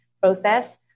process